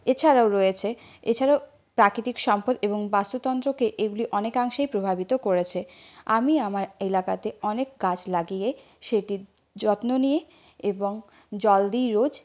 এছাড়াও রয়েছে এছাড়াও প্রাকৃতিক সম্পদ এবং বাস্তুতন্ত্রকে এগুলো অনেকাংশে প্রভাবিত করেছে আমি আমার এলাকাতে অনেক গাছ লাগিয়ে সেটির যত্ন নিই এবং জল দিই রোজ